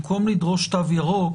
במקום לדרוש תו ירוק